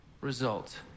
result